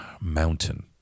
mountain